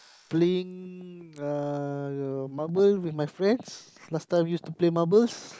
playing uh the marble with my friends last time used to play marbles